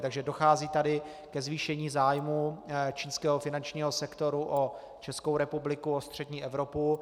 Takže dochází tady ke zvýšení zájmu čínského finančního sektoru o Českou republiku, o střední Evropu.